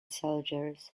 soldiers